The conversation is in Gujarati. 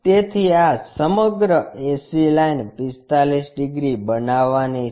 તેથી આ સમગ્ર ac લાઇન 45 ડિગ્રી બનાવવાની છે